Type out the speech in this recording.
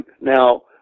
Now